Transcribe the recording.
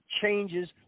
changes